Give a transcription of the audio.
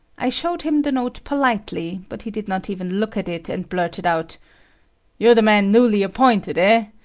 i showed him the note politely, but he did not even look at it, and blurted out you're the man newly appointed, ah?